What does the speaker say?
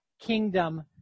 kingdom